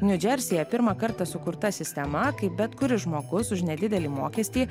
niu džersyje pirmą kartą sukurta sistema kaip bet kuris žmogus už nedidelį mokestį